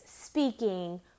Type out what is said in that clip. speaking